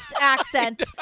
accent